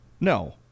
No